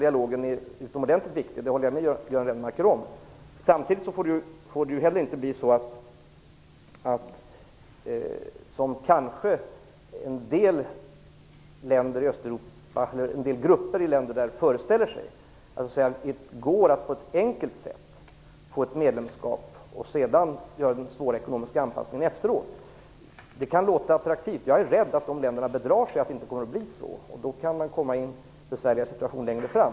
Jag håller med Göran Lennmarker om att den politiska dialogen är utomordentligt viktig. En del grupper i de östeuropeiska länderna föreställer sig att det på ett enkelt sätt går att få ett medlemskap och att de sedan kan göra den svåra ekonomiska anpassningen efteråt. Så får det inte bli. Det kan låta attraktivt. Jag är rädd att man i dessa länder kommer att bedra sig, att det inte kommer att bli så här. Då kan man hamna i en besvärligare situation längre fram.